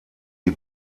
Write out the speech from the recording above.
die